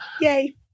Yay